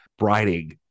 writing